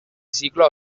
zikloa